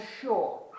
sure